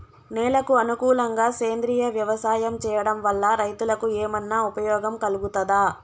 నేలకు అనుకూలంగా సేంద్రీయ వ్యవసాయం చేయడం వల్ల రైతులకు ఏమన్నా ఉపయోగం కలుగుతదా?